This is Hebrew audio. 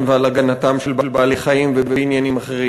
ועל הגנתם של בעלי-חיים ובעניינים אחרים,